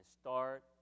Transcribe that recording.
start